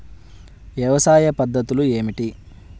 వ్యవసాయ పద్ధతులు ఏమిటి?